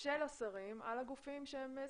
על הגופים שבתחומם,